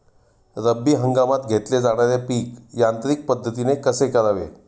रब्बी हंगामात घेतले जाणारे पीक यांत्रिक पद्धतीने कसे करावे?